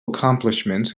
accomplishments